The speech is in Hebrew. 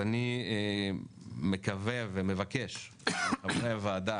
אני מבקש מחברי הוועדה,